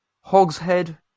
hogshead